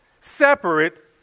separate